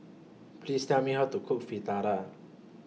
Please Tell Me How to Cook Fritada